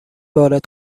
وارد